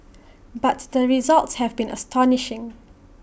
but the results have been astonishing